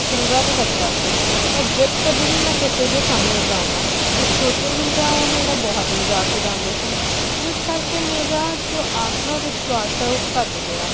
ਚੰਗਾ ਵੀ ਲੱਗਦਾ ਸੀ ਪਰ ਜਦ ਕਦੀ ਵੀ ਮੈਂ ਕਿਸੇ ਦੇ ਸਾਹਮਣੇ ਗਾਵਾਂ ਤਾਂ ਛੋਟੇ ਹੁੰਦਿਆਂ ਉਹ ਮੇਰਾ ਬਹੁਤ ਮਜ਼ਾਕ ਉਡਾਉਂਦੇ ਸਨ ਜਿਸ ਕਰਕੇ ਮੇਰਾ ਜੋ ਆਤਮ ਵਿਸ਼ਵਾਸ ਆ ਉਹ ਘੱਟ ਗਿਆ